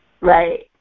right